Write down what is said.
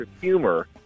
humor